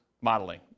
modeling